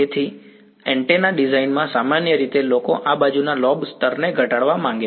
તેથી એન્ટેના ડિઝાઇનમાં સામાન્ય રીતે લોકો આ બાજુના લોબ સ્તરને ઘટાડવા માંગે છે